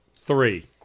Three